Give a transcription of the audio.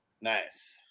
Nice